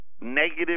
negative